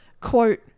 Quote